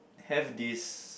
have this